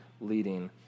leading